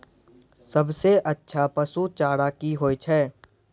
सबसे अच्छा पसु चारा की होय छै?